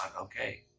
okay